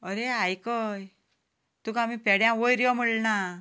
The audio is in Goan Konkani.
आरे आयक तुकां आमी पेड्यार वयर यो म्हणलें ना